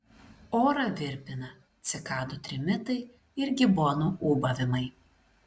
orą virpina cikadų trimitai ir gibonų ūbavimai